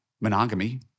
monogamy